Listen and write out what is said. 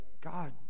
God